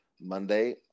Monday